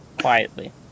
Quietly